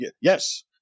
yes